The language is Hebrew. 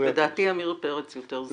לדעתי עמיר פרץ הוא זקן חברי הכנסת.